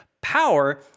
Power